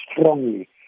strongly